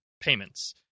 payments